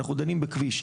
אנחנו דנים בכביש.